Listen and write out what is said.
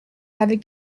avec